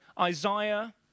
Isaiah